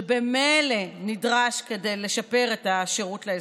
שממילא נדרש כדי לשפר את השירות לאזרחים?